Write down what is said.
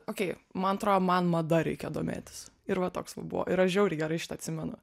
okei man atro man mada reikia domėtis ir va toks va buvo ir aš žiauriai gerai atsimenu